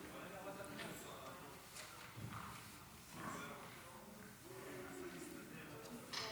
אין זה סוד שיש לי סכסוך ארוך עם החטיבה היהודית